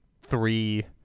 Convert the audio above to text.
three